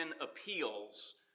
appeals